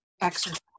exercise